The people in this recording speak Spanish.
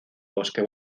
bosque